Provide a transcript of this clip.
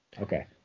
Okay